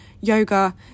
yoga